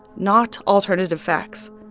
not alternative facts,